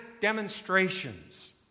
demonstrations